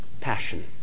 Passion